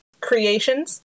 creations